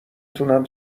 تونم